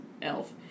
Elf